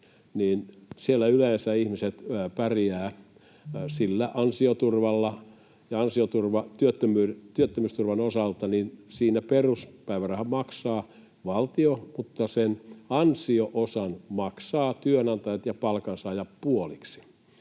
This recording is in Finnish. yleensä ihmiset pärjäävät sillä ansioturvalla. Ansioturvassa työttömyysturvan osalta peruspäivärahan maksaa valtio mutta ansio-osan maksavat työnantajat ja palkansaajat puoliksi.